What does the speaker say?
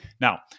Now